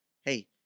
hey